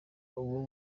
uwo